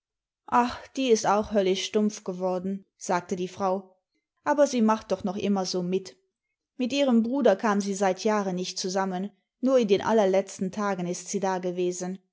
yach die ist auch höllisch stumpf geworden sagte die frau aber sie macht doch noch immer so mit mit ihrem bruder kam sie seit jahren nicht zusammen nur in den allerletzten tagen ist sie dagewesen